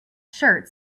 shirt